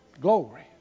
Glory